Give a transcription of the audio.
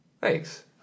Thanks